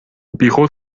بیخود